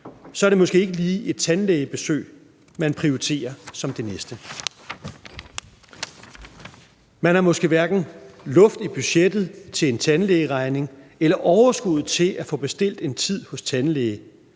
er det måske ikke lige et tandlægebesøg, man prioriterer som det næste. Man har måske hverken luft i budgettet til en tandlægeregning eller overskuddet til at få bestilt en tid hos tandlægen.